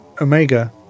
Omega